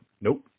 nope